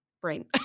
brain